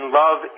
love